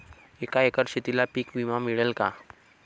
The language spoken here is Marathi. एका एकर शेतीला पीक विमा मिळेल का?